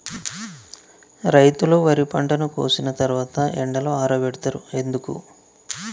రైతులు వరి పంటను కోసిన తర్వాత ఎండలో ఆరబెడుతరు ఎందుకు?